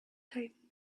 tightened